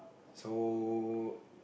so